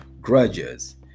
grudges